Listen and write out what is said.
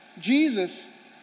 Jesus